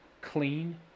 clean